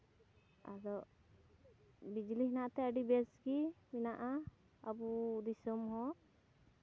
ᱟᱫᱚ ᱵᱤᱡᱽᱞᱤ ᱦᱮᱱᱟᱜ ᱛᱮ ᱟᱹᱰᱤ ᱵᱮᱥ ᱜᱮ ᱢᱮᱱᱟᱜᱼᱟ ᱟᱵᱚ ᱫᱤᱥᱚᱢ ᱦᱚᱸ